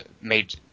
made